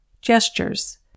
Gestures